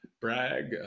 brag